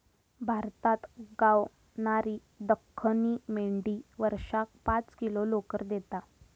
भारतात गावणारी दख्खनी मेंढी वर्षाक पाच किलो लोकर देता